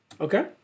Okay